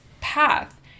path